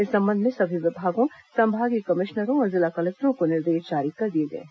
इस संबंध में सभी विभागों संभागीय कमिश्नरों और जिला कलेक्टरों को निर्देश जारी कर दिए गए हैं